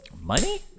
money